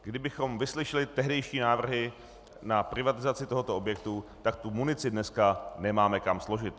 Kdybychom vyslyšeli tehdejší návrhy na privatizaci tohoto objektu, tak tu munici dneska nemáme kam složit.